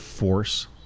Force